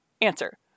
Answer